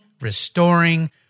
restoring